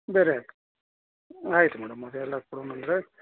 ಬೇರೆ ಹಾಕಿ ಆಯ್ತು ಮೇಡಮ್ ಅವರೆ ಎಲ್ಲಾ ಕೊಡೋಣನ್ರೀ